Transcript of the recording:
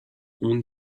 اون